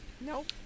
Nope